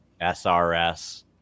SRS